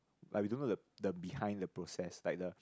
like we don't know the the behind the process like the